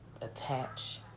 attach